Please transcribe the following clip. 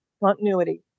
Continuity